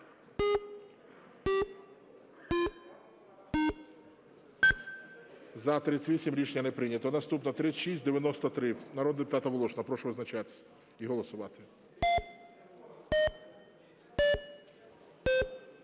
За-38 Рішення не прийнято. Наступна – 3693, народного депутата Волошина. Прошу визначатись і голосувати.